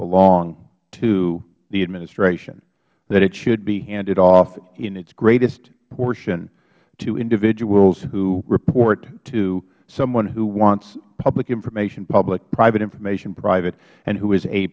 belong to the administration that it should be handed off in its greatest portion to individuals who report to someone who wants public information public private information private and who is a